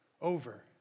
over